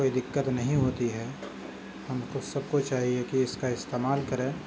کوئی دقت نہیں ہوتی ہے ہم کو سب کو چاہیے کہ اس کا استعمال کریں